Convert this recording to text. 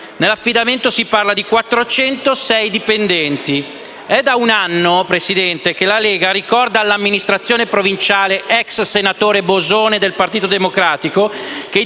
Nell'affidamento si parla di 406 dipendenti. È da un anno che la Lega ricorda all'amministrazione provinciale e all'ex senatore Bosone del Partito Democratico che i dipendenti